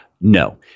No